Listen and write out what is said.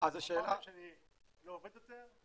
אני לא עובד יותר,